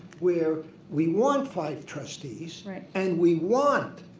where we want five trustees right. and we want